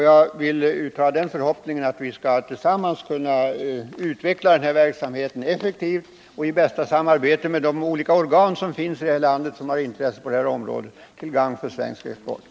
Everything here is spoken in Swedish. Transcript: Jag hoppas att vi i bästa samarbete med de olika organ i landet som har intressen på det här området effektivt skall kunna utveckla denna verksamhet, till gagn för svensk export. Jag yrkar bifall till utskottets hemställan.